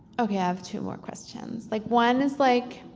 okay, i have two more questions, like one is like,